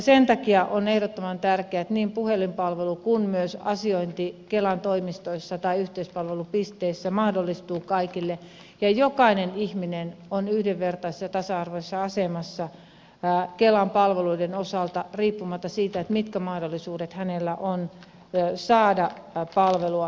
sen takia on ehdottoman tärkeää että niin puhelinpalvelu kuin myös asiointi kelan toimistoissa tai yhteispalvelupisteissä mahdollistuu kaikille ja jokainen ihminen on yhdenvertaisessa tasa arvoisessa asemassa kelan palveluiden osalta riippumatta siitä mitkä mahdollisuudet hänellä on saada palvelua